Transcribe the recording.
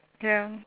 ya